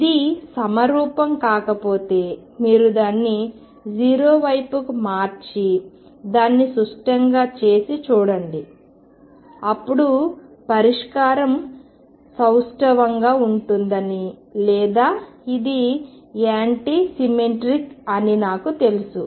ఇది సమరూపం కాకపోతే మీరు దానిని 0 వైపుకు మార్చి దాన్ని సుష్టంగా చేసి చూడండి అప్పుడు పరిష్కారం సౌష్టవంగా ఉంటుందని లేదా ఇది యాంటీ సిమెట్రిక్ అని నాకు తెలుసు